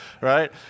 right